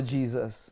Jesus